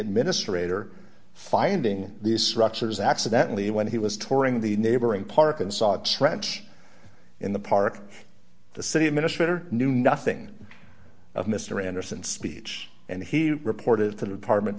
administrator finding these structures accidentally when he was touring the neighboring park and sought ranch in the park the city administrator knew nothing of mr anderson's speech and he reported to the department